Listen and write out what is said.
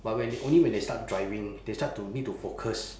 but when they only when they start driving they start to need to focus